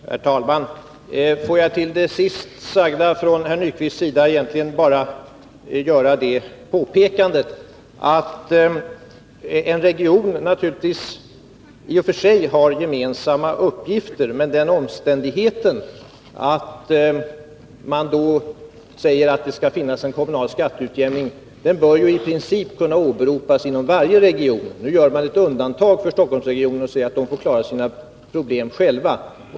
Herr talman! Får jag med anledning av det som Yngve Nyquist sist sade bara göra det påpekandet att en region naturligtvis i och för sig har gemensamma uppgifter. Men den omständigheten att man säger att det skall finnas en kommunal skatteutjämning bör i princip kunna åberopas inom varje region. Nu gör man ett undantag för Stockholmsregionen. Man säger att den får klara sina problem själv.